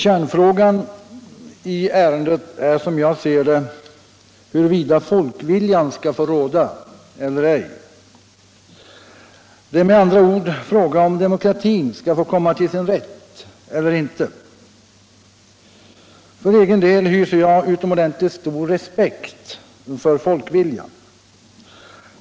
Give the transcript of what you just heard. Kärnfrågan är, som jag ser det, huruvida folkviljan skall få råda eller ej. Det är med andra ord fråga om huruvida demokratin skall få komma till sin rätt eller inte. För egen del hyser jag stor respekt för folkviljan.